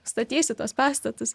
statysi tuos pastatus